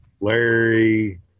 Larry